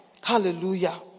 hallelujah